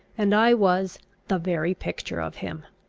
and i was the very picture of him.